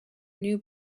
new